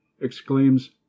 exclaims